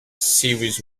series